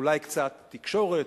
אולי קצת תקשורת,